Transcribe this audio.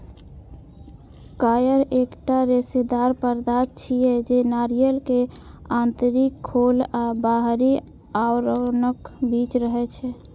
coir एकटा रेशेदार पदार्थ छियै, जे नारियल के आंतरिक खोल आ बाहरी आवरणक बीच रहै छै